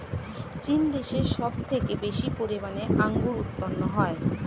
চীন দেশে সব থেকে বেশি পরিমাণে আঙ্গুর উৎপন্ন হয়